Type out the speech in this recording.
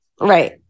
Right